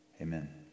Amen